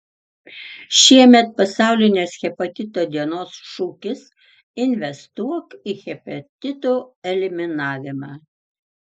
šiemet pasaulinės hepatito dienos šūkis investuok į hepatitų eliminavimą